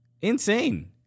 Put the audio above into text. Insane